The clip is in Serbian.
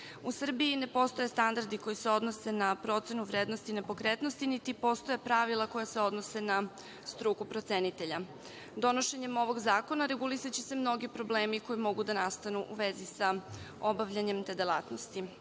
U Srbiji ne postoje standardi koji se odnose na procenu vrednosti nepokretnosti, niti postoje pravila koja se odnose na struku procenitelja. Donošenjem ovog zakona regulisaće se mnogi problemi koji mogu da nastanu u vezi sa obavljanjem te delatnosti.